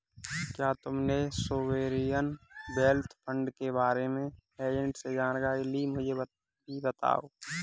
क्या तुमने sovereign wealth fund के बारे में एजेंट से जानकारी ली, मुझे भी बताओ